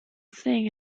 thing